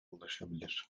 ulaşabilir